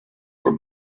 were